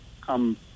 come